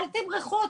אל תמרחו אותנו.